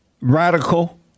radical